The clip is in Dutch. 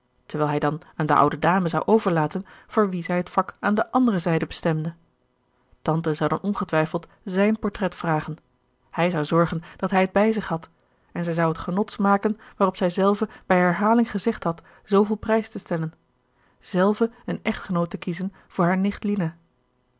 terwijl hij dan aan de oude dame zou overlaten voor wien zij het vak aan de andere zijde bestemde tante zou dan ongetwijfeld zijn portret vragen hij zou zorgen dat hij het bij zich had en zij zou het genot smaken waarop zij zelve bij herhaling gezegd had zooveel prijs te stellen zelve een echtgenoot te kiezen voor haar nicht lina